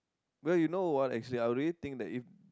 well you know what actually I really think that if